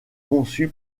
conçu